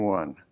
one